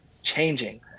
changing